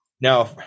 now